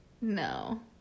No